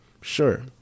Sure